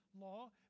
law